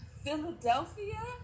Philadelphia